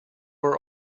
are